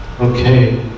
Okay